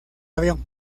avión